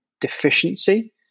deficiency